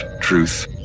truth